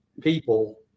people